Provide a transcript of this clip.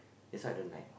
that's why I don't like